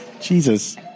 Jesus